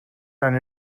and